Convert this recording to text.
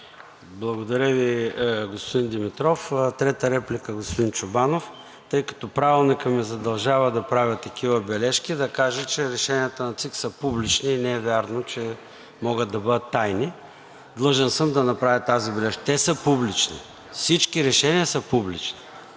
Благодаря Ви, господин Димитров. Трета реплика – господин Чобанов. Тъй като Правилникът ме задължава да правя такива бележки, да кажа , че решенията на ЦИК са публични и не е вярно, че могат да бъдат тайни. Длъжен съм да направя тази бележка. Те са публични – всички решения са публични.